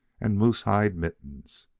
and moosehide mittens.